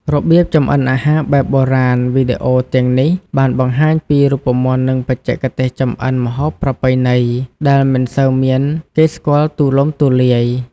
របៀបចម្អិនអាហារបែបបុរាណ វីដេអូទាំងនេះបានបង្ហាញពី រូបមន្ត និងបច្ចេកទេសចម្អិនម្ហូបប្រពៃណី ដែលមិនសូវមានគេស្គាល់ទូលំទូលាយ។